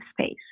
space